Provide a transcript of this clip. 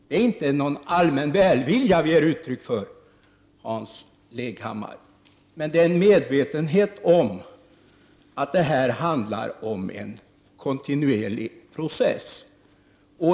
Det är inte någon allmän välvilja som vi ger uttryck för, Hans Leghammar, utan en medvetenhet om att det handlar om en kontinuerlig process.